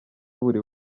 buri